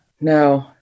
No